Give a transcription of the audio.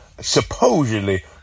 supposedly